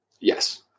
Yes